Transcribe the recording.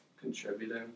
contributing